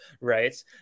right